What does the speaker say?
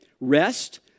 Rest